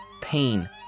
pain